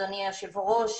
אדוני היושב ראש,